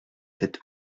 cette